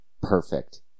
perfect